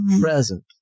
present